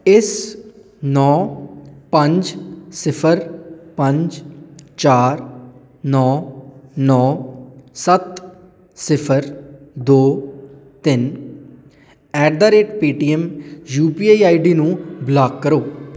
ਇਸ ਨੌ ਪੰਜ ਸਿਫ਼ਰ ਪੰਜ ਚਾਰ ਨੌ ਨੌ ਸੱਤ ਸਿਫ਼ਰ ਦੋ ਤਿੰਨ ਐਟ ਦਾ rate Paytm U P I I D ਨੂੰ ਬਲਾਕ ਕਰੋ